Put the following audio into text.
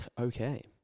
Okay